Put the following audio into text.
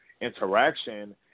interaction